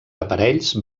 aparells